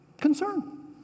concern